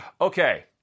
Okay